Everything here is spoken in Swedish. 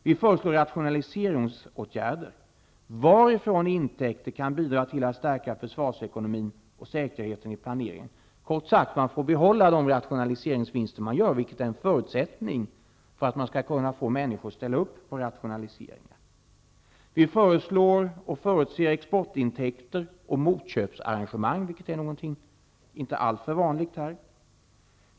Vi föreslår rationaliseringsåtgärder när det gäller vilka intäkter som kan bidra till att stärka försvarsekonomin och säkerheten i planeringen. Kort sagt: De rationaliseringsvinster som görs behålls, vilket är en förutsättning för att människor skall ställa upp på en rationalisering. Vi föreslår och förutser exportintäkter och motköpsarrangemang, vilket inte är alltför vanligt.